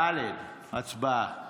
ד' הצבעה.